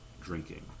drinking